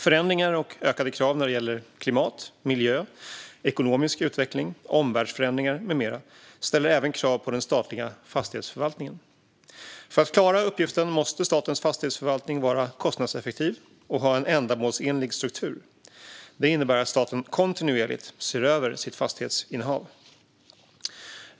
Förändringar och ökade krav när det gäller klimat, miljö, ekonomisk utveckling, omvärldsförändringar med mera ställer även krav på den statliga fastighetsförvaltningen. För att klara uppgiften måste statens fastighetsförvaltning vara kostnadseffektiv och ha en ändamålsenlig struktur. Det innebär att staten kontinuerligt ser över sitt fastighetsinnehav.